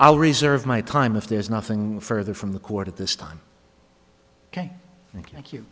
i'll reserve my time if there's nothing further from the court at this time ok thank you